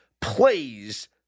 plays